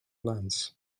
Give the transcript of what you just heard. length